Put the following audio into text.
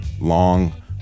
long